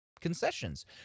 concessions